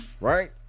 right